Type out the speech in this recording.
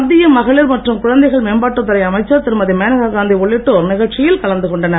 மத்திய மகளிர் மற்றும் குழந்தைகள் மேம்பாட்டுத் துறை அமைச்சர் திருமதி மேனகாகாந்தி உள்ளிட்டோர் நிகழ்ச்சியில் கலந்து கொண்டனர்